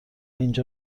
اینجا